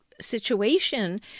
situation